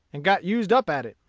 and got used up at it.